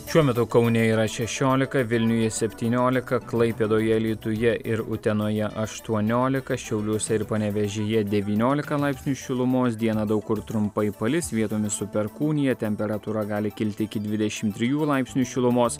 šiuo metu kaune yra šešiolika vilniuje septyniolika klaipėdoje alytuje ir utenoje aštuoniolika šiauliuose ir panevėžyje devyniolika laipsnių šilumos dieną daug kur trumpai palis vietomis su perkūnija temperatūra gali kilti iki dvidešimt trijų laipsnių šilumos